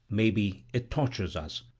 may be, it tortures us!